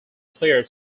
player